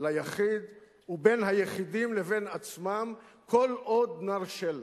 ליחיד ובין היחידים לבין עצמם כל עוד נרשה לה.